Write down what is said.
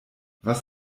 was